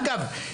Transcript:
אגב,